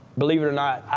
believe it or not,